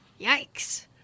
Yikes